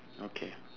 okay